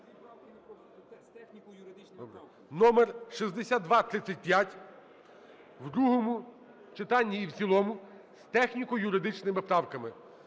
(№ 6235) в другому читанні і в цілому з техніко-юридичними правками.